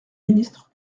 ministre